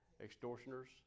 extortioners